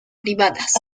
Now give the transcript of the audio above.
privadas